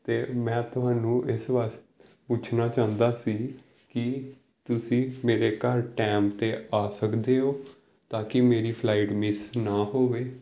ਅਤੇ ਮੈਂ ਤੁਹਾਨੂੰ ਇਸ ਵਾਸਤੇ ਪੁੱਛਣਾ ਚਾਹੁੰਦਾ ਸੀ ਕਿ ਤੁਸੀਂ ਮੇਰੇ ਘਰ ਟਾਈਮ 'ਤੇ ਆ ਸਕਦੇ ਹੋ ਤਾਂ ਕਿ ਮੇਰੀ ਫਲਾਈਟ ਮਿਸ ਨਾ ਹੋਵੇ